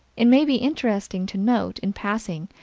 it may be interesting to note, in passing,